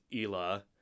Ela